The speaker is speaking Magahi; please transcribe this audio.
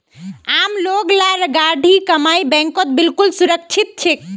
आम लोग लार गाढ़ी कमाई बैंकत बिल्कुल सुरक्षित छेक